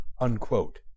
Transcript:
unquote